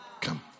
come